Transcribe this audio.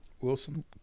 Wilson